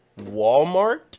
Walmart